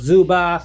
Zuba